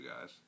guys